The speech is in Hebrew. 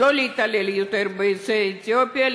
לא להתעלל יותר ביוצאי אתיופיה.